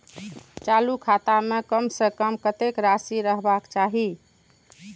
चालु खाता में कम से कम कतेक राशि रहबाक चाही?